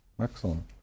Excellent